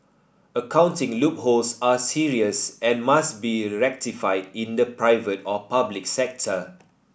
accounting loopholes are serious and must be rectified in the private or public sector